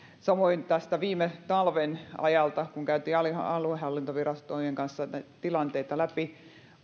samoin viime talven ajalta kun käytiin aluehallintovirastojen kanssa näitä tilanteita läpi